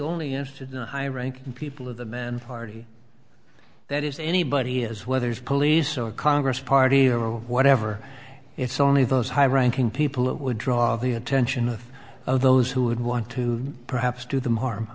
only interested in high ranking people of the men party that is anybody has whether it's police or congress party whatever it's only those high ranking people who would draw the attention of those who would want to perhaps do them harm